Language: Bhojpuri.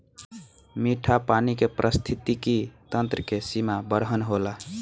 मीठा पानी के पारिस्थितिकी तंत्र के सीमा बरहन होला